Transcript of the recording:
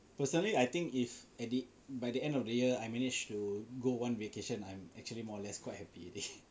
personally I think if at the by the end of the year I manage to go one vacation I'm actually more or less quite happy already